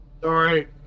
Sorry